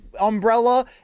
umbrella